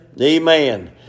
Amen